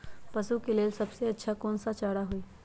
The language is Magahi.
पशु के लेल सबसे अच्छा कौन सा चारा होई?